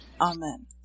Amen